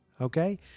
Okay